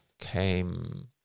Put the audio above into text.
came